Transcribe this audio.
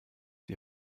die